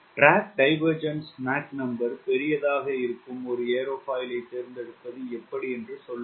MDD பெரியதாக இருக்கும் ஒரு ஏரோபயில்யை தேர்ந்தெடுப்பது எப்படி என்று சொல்லுங்கள்